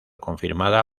confirmada